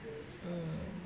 mm